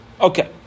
Okay